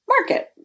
market